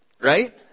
right